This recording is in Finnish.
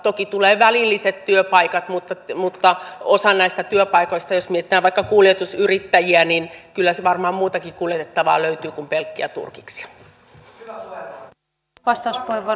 toki tulevat välilliset työpaikat mutta osassa näistä työpaikoista jos mietitään vaikka kuljetusyrittäjiä kyllä varmaan muutakin kuljetettavaa löytyy kuin pelkkiä turkiksia